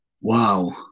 Wow